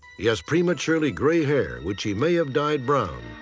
he has prematurely gray hair, which he may have died brown,